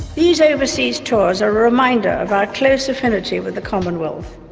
these overseas tours are a reminder of our close affinity with the commonwealth,